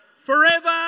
Forever